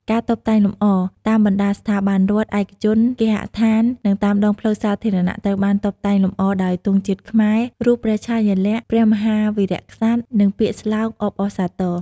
ការតុបតែងលម្អ តាមបណ្ដាស្ថាប័នរដ្ឋ ឯកជន គេហដ្ឋាន និងតាមដងផ្លូវសាធារណៈ ត្រូវបានតុបតែងលម្អដោយទង់ជាតិខ្មែរ រូបព្រះឆាយាល័ក្ខណ៍ព្រះមហាវីរក្សត្រ និងពាក្យស្លោកអបអរសាទរ។